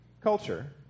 culture